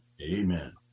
Amen